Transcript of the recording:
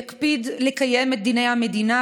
יקפיד לקיים את דיני המדינה,